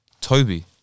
Toby